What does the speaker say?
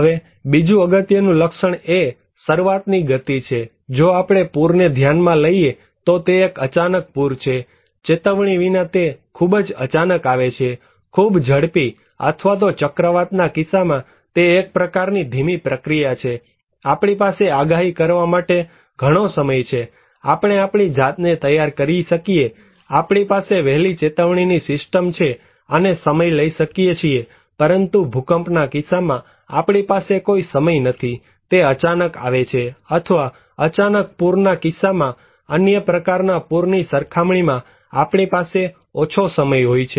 હવે બીજું અગત્યનું લક્ષણ એ શરૂઆતની ગતિ છે જો આપણે પૂરને ધ્યાનમાં લઇએ તો તે એક અચાનક પૂર છેચેતવણી વિના તે ખૂબ જ અચાનક આવે છે ખૂબ જ ઝડપી અથવા તો ચક્રવાતના કિસ્સામાં તે એક પ્રકારની ધીમી પ્રક્રિયા છે આપણી પાસે આગાહી કરવા માટે ઘણો સમય છે આપણે આપણી જાતને તૈયાર કરી શકીએ આપણી પાસે વહેલી ચેતવણીની સિસ્ટમ છે અને આપણે સમય લઇ શકીએ છીએ પરંતુ ભૂકંપના કિસ્સામાં આપણી પાસે કોઈ સમય નથી તે અચાનક આવે છે અથવા અચાનક પૂરના કિસ્સામાં અન્ય પ્રકારના પુરની સરખામણીમાં આપણી પાસે ઓછો સમય હોય છે